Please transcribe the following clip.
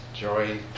joy